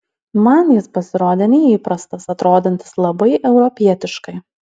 man jis pasirodė neįprastas atrodantis labai europietiškai